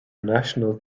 national